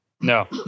no